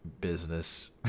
business